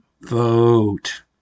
Vote